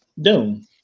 Doom